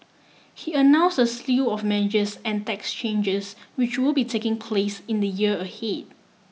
he announce a slew of measures and tax changes which will be taking place in the year ahead